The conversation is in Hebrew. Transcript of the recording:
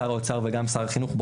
שר האוצר ושר החינוך,